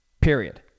period